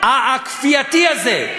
הכפייתי הזה,